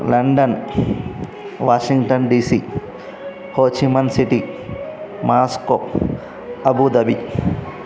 London Washington DC Ho Chi Minh City Moscow Abu Dhabi